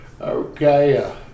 Okay